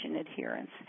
adherence